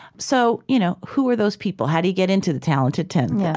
so you know who are those people? how do you get into the talented tenth? yeah